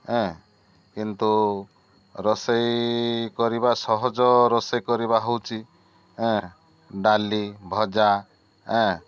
ଏଁ କିନ୍ତୁ ରୋଷେଇ କରିବା ସହଜ ରୋଷେଇ କରିବା ହେଉଛି ଏଁ ଡାଲି ଭଜା ଏଁ